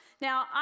Now